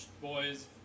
boys